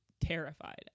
terrified